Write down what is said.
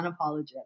unapologetic